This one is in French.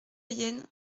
yenne